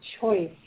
choice